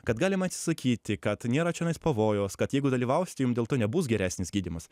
kad galima atsisakyti kad nėra čionais pavojaus kad jeigu dalyvausit jum dėl to nebus geresnis gydymas